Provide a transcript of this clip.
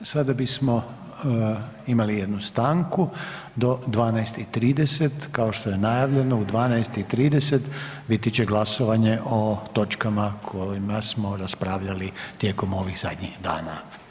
Sada bismo imali jednu stanku do 12:30, kao što je najavljeno u 12:30 biti će glasovanje o točkama o kojima smo raspravljali tijekom ovih zadnjih dana.